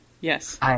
Yes